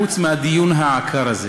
חוץ מהדיון העקר הזה?